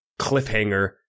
cliffhanger